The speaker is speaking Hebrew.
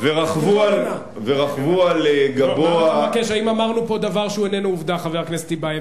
ורכבו על גבו, אגב,